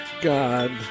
God